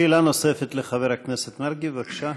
שאלה נוספת לחבר הכנסת מרגי, בבקשה.